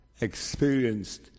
experienced